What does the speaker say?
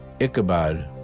Ichabod